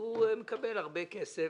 הוא מקבל הרבה כסף,